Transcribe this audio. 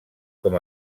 com